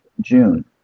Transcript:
June